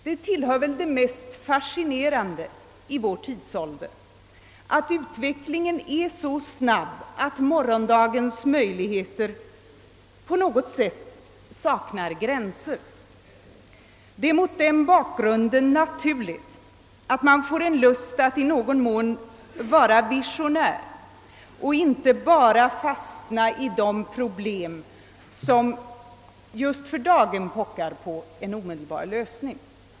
Det är väl något av det mest fascinerande med vår tidsålder att utvecklingen går så snabbt, att morgondagens möjligheter på något sätt synes sakna gränser. Det är mot denna bakgrund naturligt att man får lust att i någon mån vara visionär och inte fastna i de problem som just för dagen pockar på en lösning.